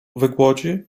wygłodzi